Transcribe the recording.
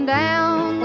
down